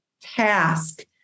task